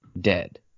dead